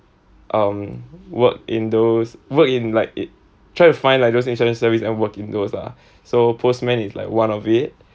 um work in those work in like it try to find like those essential service and work in those lah so postman is like one of it